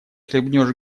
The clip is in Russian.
хлебнешь